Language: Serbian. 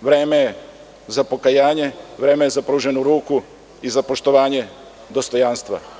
vreme ja pokajanje, vreme je za pruženu ruku i za poštovanje dostojanstva.